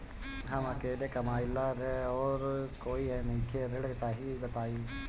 हम अकेले कमाई ला और कोई नइखे ऋण चाही बताई?